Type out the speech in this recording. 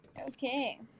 Okay